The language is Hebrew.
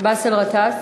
באסל גטאס